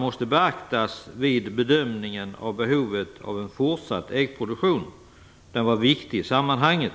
måste beaktas vid bedömningen av behovet av en fortsatt äggproduktion; den var viktig i sammanhanget.